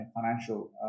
financial